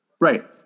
Right